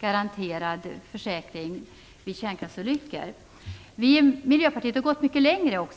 garanterad försäkring vid kärnkraftsolyckor. Vi i Miljöpartiet har gått mycket längre.